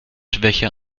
schwäche